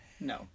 No